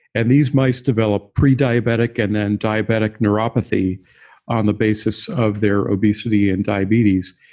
and these mice develop pre-diabetic and then diabetic neuropathy on the basis of their obesity and diabetes.